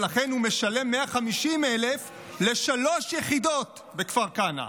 ולכן הוא משלם 150,000 לשלוש יחידות בכפר כנא.